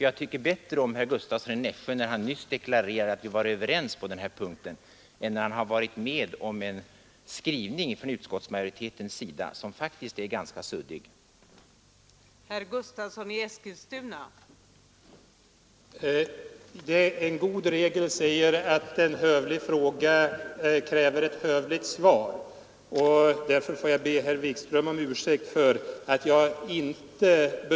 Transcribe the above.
Jag tyckte bättre om herr Gustavsson i Nässjö när han nyss deklarerade att vi var överens på den här punkten än när han var med om utskottsmajoritetens skrivning som faktiskt är ganska suddig och ologisk.